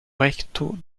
recto